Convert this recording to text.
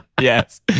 yes